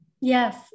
Yes